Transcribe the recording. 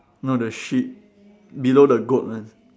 no the sheep below the goat one